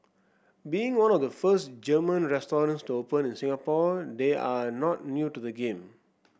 being one of the first German restaurant to open in Singapore they are not new to the game